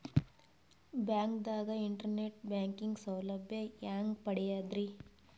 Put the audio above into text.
ಬ್ಯಾಂಕ್ದಾಗ internet banking ಸೌಲಭ್ಯ ಹೆಂಗ್ ಪಡಿಯದ್ರಿ?